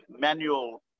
manual